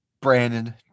Brandon